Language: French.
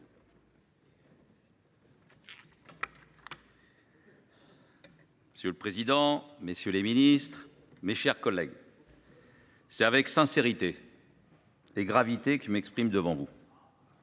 Monsieur le président, messieurs les ministres, mes chers collègues, c’est avec sincérité et gravité que je m’exprime devant vous.